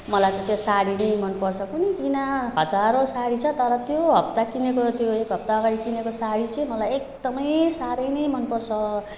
मलाई त्यो साडी नै मन पर्छ कुन्नी किन हजारौँ साडी छ तर त्यो हप्ता किनेको र त्यो एक हप्ताअगाडि किनेको साडी चाहिँ मलाई एकदमै साह्रै नै मन पर्छ